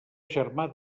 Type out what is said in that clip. germà